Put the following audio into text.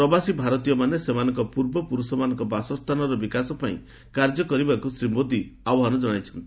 ପ୍ରବାସୀ ଭାରତୀୟମାନେ ସେମାନଙ୍କ ପୂର୍ବପୁରୁଷମାନଙ୍କ ବାସସ୍ଥାନର ବିକାଶ ପାଇଁ କାର୍ଯ୍ୟ କରିବାକୁ ଶ୍ରୀ ମୋଦି ଆହ୍ପାନ ଜଣାଇଛନ୍ତି